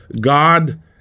God